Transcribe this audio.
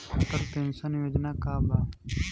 Atal pension Yojana का बा?